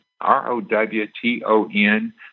R-O-W-T-O-N